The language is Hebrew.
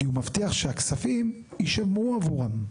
כי הוא מבטיח שהכספים יישמרו עבורם.